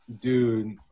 Dude